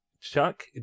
Chuck